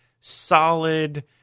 solid